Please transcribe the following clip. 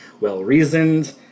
well-reasoned